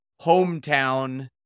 hometown